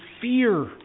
fear